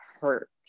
hurt